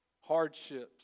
hardships